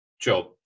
job